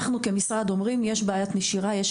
אנחנו כמשרד אומרים שיש בעיית נשירה ויש